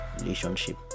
relationship